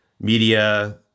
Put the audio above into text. media